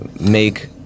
make